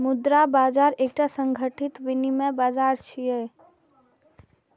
मुद्रा बाजार एकटा संगठित विनियम बाजार छियै